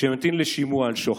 שממתין לשימוע על שוחד.